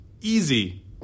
easy